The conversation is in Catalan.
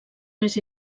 més